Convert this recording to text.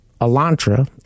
Elantra